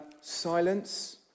Silence